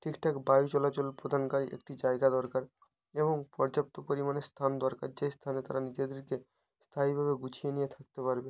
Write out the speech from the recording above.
ঠিকঠাক বায়ু চলাচল প্রদানকারী একটি জায়গা দরকার এবং পর্যাপ্ত পরিমাণে স্থান দরকার যে স্থানে তারা নিজেদেরকে স্থায়ীভাবে গুছিয়ে নিয়ে থাকতে পারবে